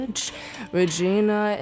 Regina